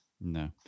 No